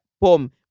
boom